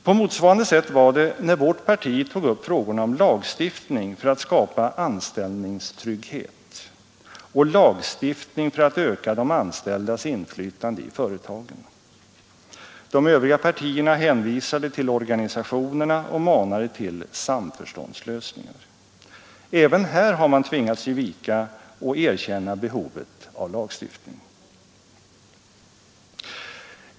På motsvarande sätt var det när vårt parti tog upp frågorna om lagstiftning för att skapa anställningstrygghet och lagstiftning för att öka de anställdas inflytande i företagen. De övriga partierna hänvisade till organisationerna och manade till ”samförståndslösningar”. Också här har man tvingats ge vika och erkänna behovet av lagstiftning.